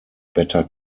better